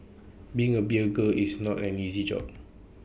being A beer girl is not an easy job